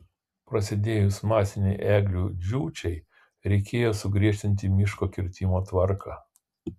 prasidėjus masinei eglių džiūčiai reikėjo sugriežtinti miško kirtimo tvarką